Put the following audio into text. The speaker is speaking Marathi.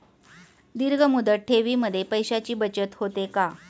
दीर्घ मुदत ठेवीमध्ये पैशांची बचत होते का?